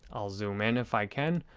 i'll zoom in if i can.